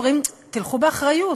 ואומרים: תלכו באחריות,